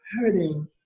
hurting